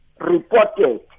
reported